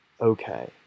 okay